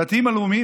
הדתיים הלאומיים,